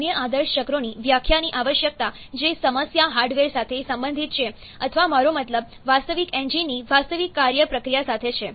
અન્ય આદર્શ ચક્રોની વ્યાખ્યાની આવશ્યકતા જે સમસ્યા હાર્ડવેર સાથે સંબંધિત છે અથવા મારો મતલબ વાસ્તવિક એન્જિનની વાસ્તવિક કાર્ય પ્રક્રિયા સાથે છે